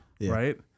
right